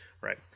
right